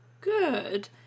Good